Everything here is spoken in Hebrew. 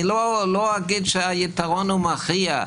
אני לא אגיד שהיתרון הוא מכריע,